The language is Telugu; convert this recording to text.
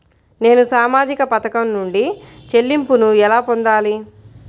నేను సామాజిక పథకం నుండి చెల్లింపును ఎలా పొందాలి?